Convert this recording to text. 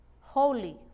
holy